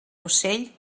ocell